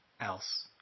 else